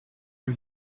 can